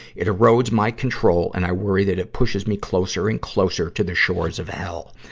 it erodes my control and i worry that it pushes me closer and closer to the shores of hell.